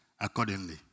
accordingly